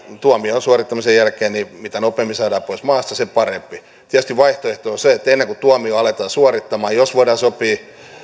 tuomion suorittamisen jälkeen mitä nopeammin saadaan pois maasta sen parempi tietysti vaihtoehto on se että ennen kuin tuomiota aletaan suorittamaan jos voidaan sopia